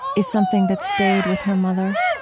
is something that stayed with her mother